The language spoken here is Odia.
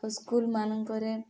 ଓ ସ୍କୁଲ୍ମାନଙ୍କରେ